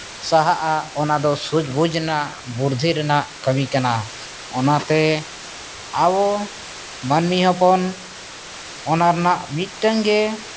ᱥᱟᱦᱟᱜᱼᱟ ᱚᱱᱟᱫᱚ ᱥᱩᱡᱽᱵᱩᱡᱽ ᱨᱮᱱᱟᱜ ᱵᱩᱨᱫᱷᱤ ᱨᱮᱱᱟᱜ ᱠᱟᱹᱢᱤ ᱠᱟᱱᱟ ᱚᱱᱟᱛᱮ ᱟᱵᱚ ᱢᱟᱱᱢᱤ ᱦᱚᱯᱚᱱ ᱚᱱᱟ ᱨᱮᱱᱟᱜ ᱢᱤᱫᱴᱟᱝᱜᱮ